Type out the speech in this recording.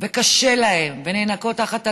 וקשה להן והן נאנקות תחת הקושי,